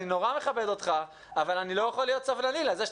אני מאוד מכבד אותך אבל אני לא יוכל להיות סבלני לזה.